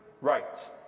right